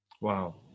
Wow